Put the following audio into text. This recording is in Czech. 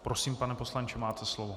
Prosím, pane poslanče, máte slovo.